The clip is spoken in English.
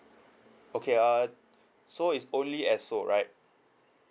okay uh so is only esso right